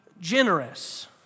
generous